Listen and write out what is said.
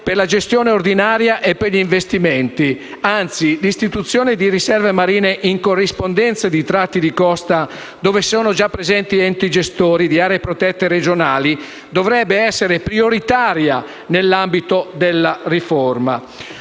per la gestione ordinaria e per gli investimenti. Anzi, l’istituzione di riserve marine in corrispondenza di tratti di costa dove sono già presenti enti gestori di aree protette regionali dovrebbe essere prioritaria nell’ambito della riforma.